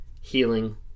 healing